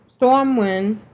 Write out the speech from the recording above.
Stormwind